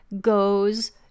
goes